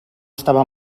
estava